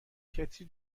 کتری